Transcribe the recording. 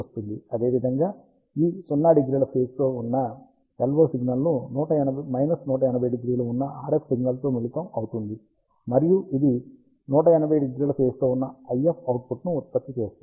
అదేవిధంగా ఈ 0° ఫేజ్ లో ఉన్న LO సిగ్నల్ 1800 ఉన్న RF సిగ్నల్తో మిళితం అవుతుంది మరియు ఇది 180° ల ఫేజ్ తో IF అవుట్పుట్ ను ఉత్పత్తి చేస్తుంది